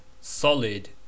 solid